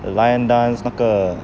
the lion dance 那个